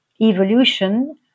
evolution